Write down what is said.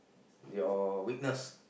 your weakness